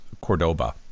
Cordoba